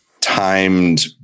timed